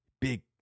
Big